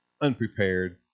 unprepared